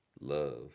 love